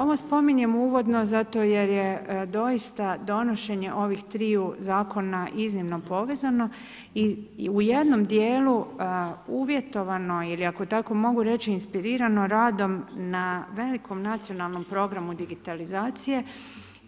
Ovo spominjem uvodno zato jer je doista donošenje ovih triju zakona iznimno povezano i u jednom djelu uvjetovano ili ako tako mogu reći inspirirano radom na velikom nacionalnom programu digitalizacije,